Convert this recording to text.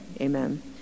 Amen